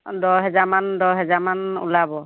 দহ হেজাৰমান দহ হেজাৰমান ওলাব